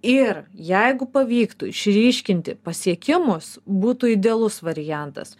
ir jeigu pavyktų išryškinti pasiekimus būtų idealus variantas